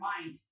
mind